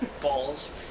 balls